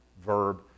verb